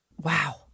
Wow